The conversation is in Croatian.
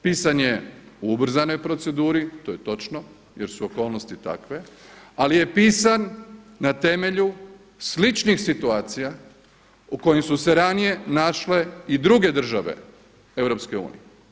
Pisan je u ubrzanoj proceduri, to je točno jer su okolnosti takve, ali je pisan na temelju sličnih situacija u kojim su se ranije našle i druge države EU.